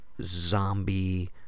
zombie